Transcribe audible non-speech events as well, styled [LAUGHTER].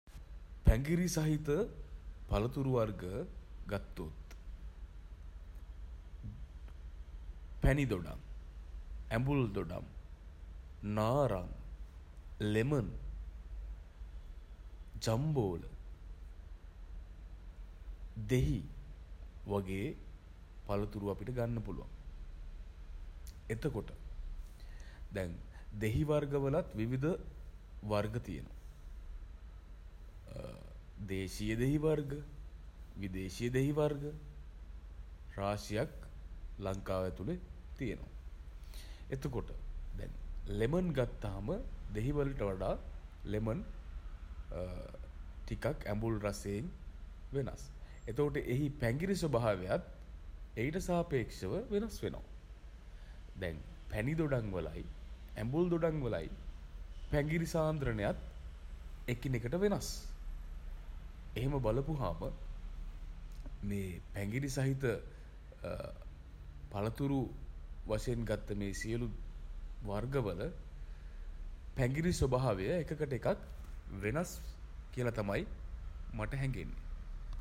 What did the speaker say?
පැඟිරි සහිත [HESITATION] පළතුරු වර්ග [HESITATION] ගත්තොත් [HESITATION] පැණි දොඩම් [HESITATION] ඇඹුල් දොඩම් [HESITATION] නාරං [HESITATION] ලෙමන් [HESITATION] ජම්බෝල [HESITATION] දෙහි [HESITATION] වගේ [HESITATION] පළතුරු අපිට ගන්න පුළුවන්. එතකොට [HESITATION] දැන් [HESITATION] දෙහි වර්ග වලත් විවිධ වර්ග තියෙනවා. [HESITATION] දේශීය දෙහි වර්ග [HESITATION] විදේශීය දෙහි වර්ග [HESITATION] රාශියක් [HESITATION] ලංකාව ඇතුලේ තියෙනවා. එතකොට [HESITATION] දැන් ලෙමන් ගත්තහම [HESITATION] දෙහිවලට වඩා ලෙමන් [HESITATION] ටිකක් ඇඹුල් රසයෙන් වෙනස්. එතකොට එහි පැඟිරි ස්වභාවයත් [HESITATION] ඊට සාපේක්ෂව වෙනස් වෙනවා. දැන් පැණිදොඩම් වලයි ඇඹුල් දොඩම් වලයි [HESITATION] පැඟිරි සාන්ද්‍රණයත් [HESITATION] එකිනෙකට වෙනස්. එහෙම බලපුහාම [HESITATION] මේ පැඟිරි සහිත [HESITATION] පළතුරු වශයෙන් ගත්ත මේ සියලු [HESITATION] වර්ග වල පැඟිරි ස්වභාවය එකකට එකක් වෙනස් [HESITATION] කියලා තමයි මට හැඟෙන්නේ.